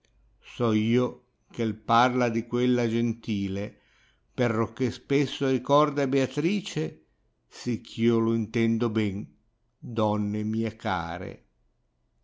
so io che u parla di quella gentil perocché spesso ricorda beatrice sicch io io intendo bea donne mie caie